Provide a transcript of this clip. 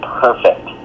perfect